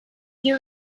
you